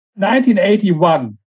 1981